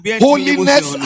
Holiness